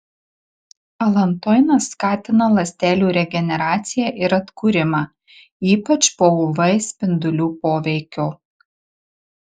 alantoinas skatina ląstelių regeneraciją ir atkūrimą ypač po uv spindulių poveikio